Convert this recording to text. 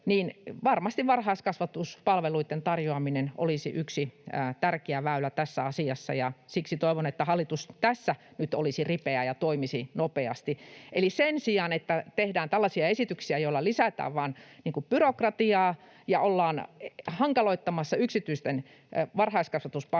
niin varmasti varhaiskasvatuspalveluitten tarjoaminen olisi yksi tärkeä väylä tässä asiassa, ja siksi toivon, että hallitus tässä nyt olisi ripeä ja toimisi nopeasti. Eli sen sijaan, että tehdään tällaisia esityksiä, joilla vain lisätään byrokratiaa ja ollaan hankaloittamassa yksityisten varhaiskasvatuspalveluitten